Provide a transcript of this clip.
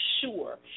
sure